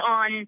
on